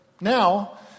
Now